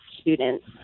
students